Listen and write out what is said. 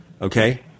Okay